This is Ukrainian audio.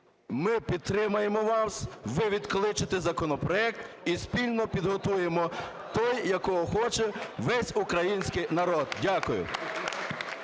ми підтримаємо вас, ви відкличете законопроект і спільно підготуємо той, якого хоче весь український народ. Дякую.